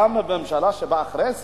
גם בממשלה שבאה אחרי זה,